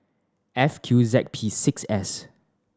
F Q Z P six S